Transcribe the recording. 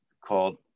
called